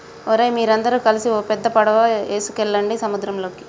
ఓరై మీరందరు గలిసి ఓ పెద్ద పడవ ఎసుకువెళ్ళండి సంద్రంలోకి